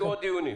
יהיו עוד דיונים.